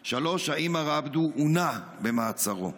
3. האם מר עבדו עונה במעצרו?